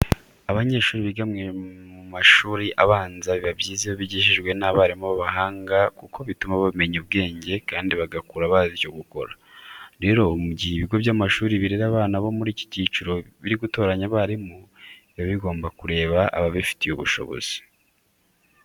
Abanyeshuri biga mu mashuri abanza biba byiza iyo bigishijwe n'abarimu b'abahanga kuko bituma bamenya ubwenge kandi bagakura bazi icyo gukora. Rero mu gihe ibigo by'amashuri birera abana bo muri iki cyiciro biri gutoranya abarimu, biba bigomba kureba ababifitiye ubushobozi.